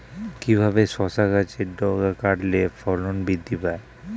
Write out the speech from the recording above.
কিভাবে শসা গাছের ডগা কাটলে ফলন বৃদ্ধি পায়?